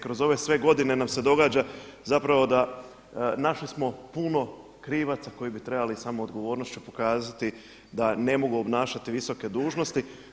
Kroz ove sve godine nam se događa zapravo da, našli smo puno krivaca koji bi trebali samoodgovornošću pokazati da ne mogu obnašati visoke dužnosti.